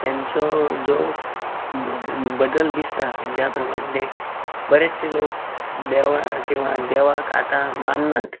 तेंचो जो बदल दिसता ज्या प्रमाणें तें बरेंचशे लोक देवाक किंवां देवाक आतां माननात